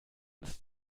ist